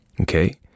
okay